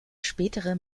spätere